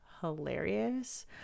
hilarious